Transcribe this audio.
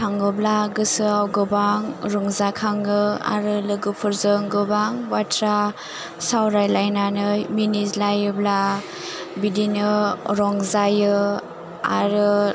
थाङोब्ला गोसोआव गोबां रंजाखाङो आरो लोगोफोरजों गोबां बाथ्रा सावरायलायनानै मिनिज्लायोब्ला बिदिनो रंजायो आरो